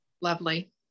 lovely